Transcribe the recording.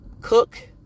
Cook